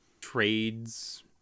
trades